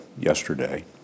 yesterday